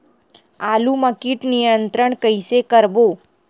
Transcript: आलू मा कीट नियंत्रण कइसे करबो?